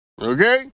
okay